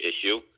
issue